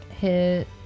hit